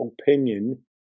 opinion